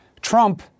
Trump